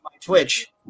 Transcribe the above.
Twitch